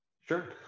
Sure